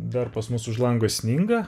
dar pas mus už lango sninga